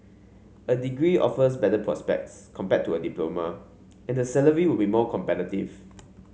a degree offers better prospects compared to a diploma and the salary will be more competitive